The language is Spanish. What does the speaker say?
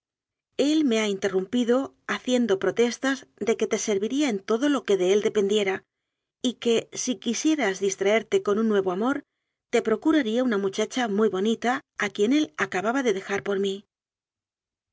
el me ha interrumpido haciendo protestas de que te serviría en todo lo que de él dependiera y que si quisieras distraerte con un nuevo amor te procuraría una muchacha muy bonita a quien él acababa de dejar por mí